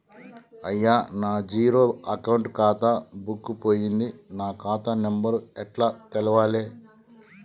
అయ్యా నా zero account ఖాతా బుక్కు పోయింది నా ఖాతా నెంబరు ఎట్ల తెలవాలే?